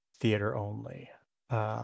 theater-only